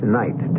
night